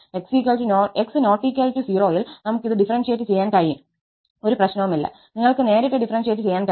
x ≠ 0ൽ നമുക് ഇത് ഡിഫറെൻഷിയേറ്റ് ചെയ്യാൻ കഴിയും ഒരു പ്രശ്നവുമില്ല നിങ്ങൾക്ക് നേരിട്ട് ഡിഫറെൻഷിയേറ്റ് ചെയ്യാൻകഴിയും